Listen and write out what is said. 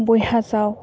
ᱵᱚᱭᱦᱟ ᱥᱟᱶ